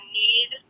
need